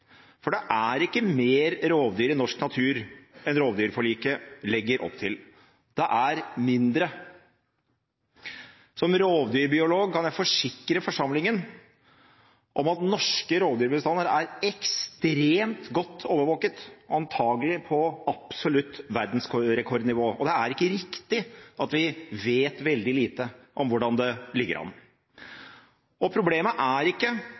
for det er ikke mer rovdyr i norsk natur enn rovdyrforliket legger opp til – det er mindre. Som rovdyrbiolog kan jeg forsikre forsamlingen om at norske rovdyrbestander er ekstremt godt overvåket, antakelig på absolutt verdensrekordnivå, og det er ikke riktig at vi vet veldig lite om hvordan det ligger an. Problemet er ikke